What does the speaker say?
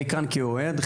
אני כאן כאוהד.